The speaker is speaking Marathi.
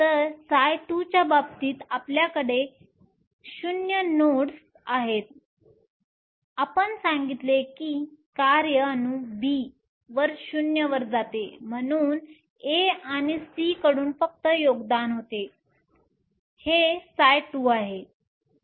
तर ψ2 च्या बाबतीत आपल्याकडे 0 नोड्स आहेत आम्ही सांगितले की कार्य अणू B वर 0 वर जाते म्हणूनच A आणि C कडून फक्त योगदान होते हे ψ2 आहे